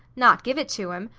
not give it to him!